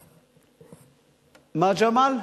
ג'מאל,